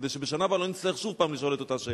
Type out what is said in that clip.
כדי שבשנה הבאה לא נצטרך שוב פעם לשאול את אותה שאלה?